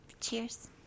cheers